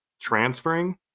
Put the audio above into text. transferring